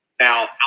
Now